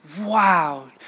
wow